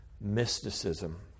mysticism